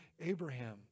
Abraham